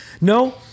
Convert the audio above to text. No